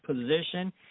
position